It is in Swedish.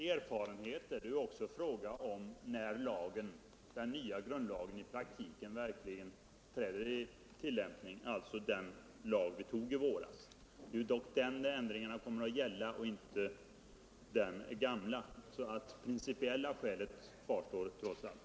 Herr talman! Här är det ju inte bara fråga om erfarenheter — det är också fråga om när den nya grundlagen i praktiken träder i tillämpning, alltså den lag som vi antog i våras. Det är dock denna lag som ändringarna kommer att gälla och inte den gamla, så det principiella skälet kvarstår trots allt.